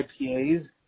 IPAs